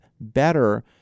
better